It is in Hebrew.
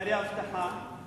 "ארי אבטחה",